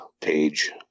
page